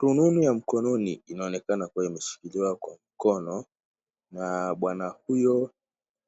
Rununu ya mkononi inaonekana kuwa imeshikiliwa kwa mkono na bwana huyo